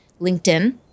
LinkedIn